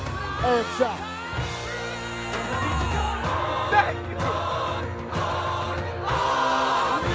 are